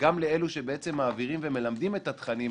וגם לאלו שבעצם מעבירים ומלמדים את התכנים,